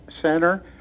center